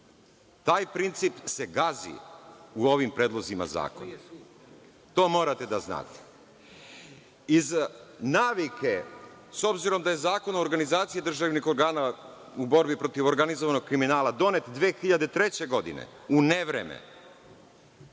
Taj princip se gazi u ovim predlozima zakona. To morate da znate. Iz navike, s obzirom da je Zakon o organizaciji državnih organa u borbi protiv organizovanog kriminala donet 2003. godine u nevreme